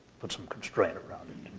put some constraint around it